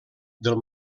del